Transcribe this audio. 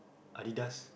Adidas